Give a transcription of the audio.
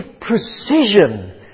precision